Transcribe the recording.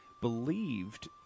believed